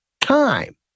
time